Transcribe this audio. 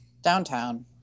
downtown